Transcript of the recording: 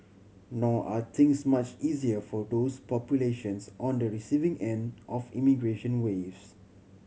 nor are things much easier for those populations on the receiving end of immigration waves